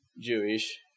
Jewish